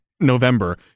november